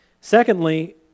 Secondly